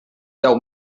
deu